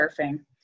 surfing